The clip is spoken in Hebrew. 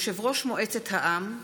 יושב-ראש מועצת העם,